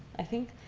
i think,